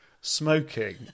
smoking